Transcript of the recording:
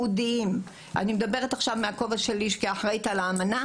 אני מדברת עכשיו מהכובע שלי כאחראית על האמנה